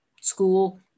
school